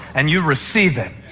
and you receive it.